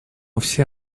все